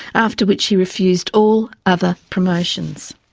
after which he refused all other promotions.